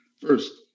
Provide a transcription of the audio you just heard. First